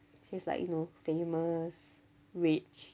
she's like you know famous rich